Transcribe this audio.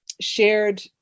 shared